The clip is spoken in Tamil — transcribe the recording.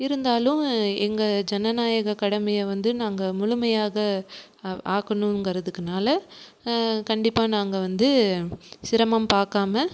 இருந்தாலும் எங்கள் ஜனநாயக கடமையை வந்து நாங்கள் முழுமையாக ஆக்கணுங்குறதுக்குனால் கண்டிப்பாக நாங்கள் வந்து சிரமம் பார்க்காம